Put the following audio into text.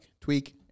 tweak